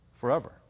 forever